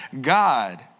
God